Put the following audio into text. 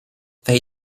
they